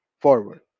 forward